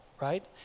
right